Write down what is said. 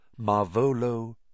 Marvolo